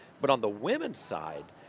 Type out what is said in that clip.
but on the women's side,